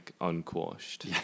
unquashed